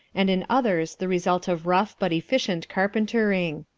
and in others the result of rough but efficient carpentering.